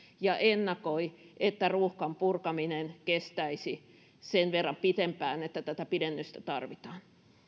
ja ennakoi että ruuhkan purkaminen kestäisi sen verran pidempään että tätä pidennystä tarvitaan